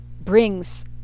brings